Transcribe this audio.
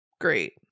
great